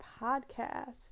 podcast